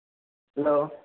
hello